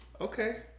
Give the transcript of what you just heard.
Okay